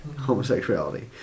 homosexuality